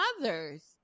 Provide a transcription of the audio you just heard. mothers